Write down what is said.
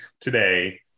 today